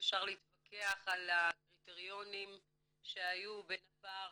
אפשר להתווכח על הקריטריונים שהיו בין הפער